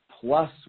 plus